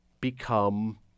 become